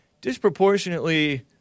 disproportionately